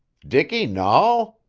dicky nahl?